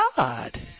God